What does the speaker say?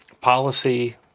Policy